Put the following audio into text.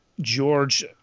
george